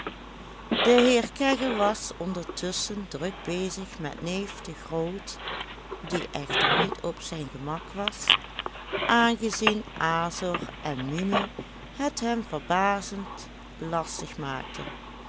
de heer kegge was ondertusschen druk bezig met neef de groot die echter niet op zijn gemak was aangezien azor en mimi het hem verbazend lastig maakten